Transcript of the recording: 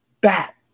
bat